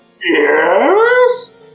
Yes